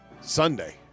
Sunday